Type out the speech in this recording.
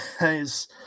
guys